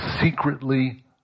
secretly